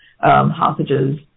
hostages